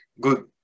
good